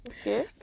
okay